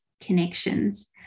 connections